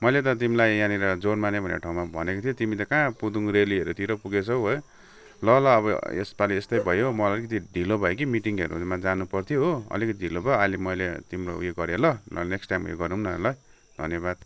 मैले त तिमीलाई यहाँनिर जोर माने भन्ने ठउँमा भनेको थिएँ तिमी त काँ पुदुङ रेलीहरूतिर पुगेछौ है ल ल अब यसपाली यस्तै भयो मलाई अलिकति ढिलो भयो कि मिटिङहरूमा जानु पर्थ्यो हो अलिकति ढियो भयो अहिलेले मैले तिम्रो उयो गरेँ ल नेक्स्ट टाइम उयो गरौँ न ल धन्यवाद